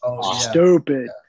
stupid